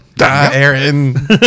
Aaron